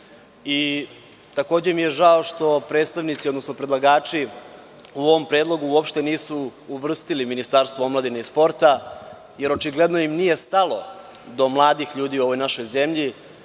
Takođe mi je žao što predstavnici, odnosno predlagači u ovom predlogu uopšte nisu uvrstili Ministarstvo omladine i sporta, jer očigledno im nije stalo do mladih ljudi u našoj zemlji,